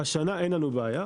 השנה אין לנו בעיה.